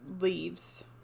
leaves